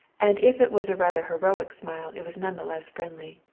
and if it was a rather heroic smile it was none the less friendly.